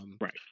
right